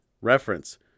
Reference